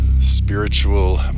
spiritual